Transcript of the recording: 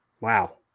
Wow